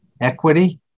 equity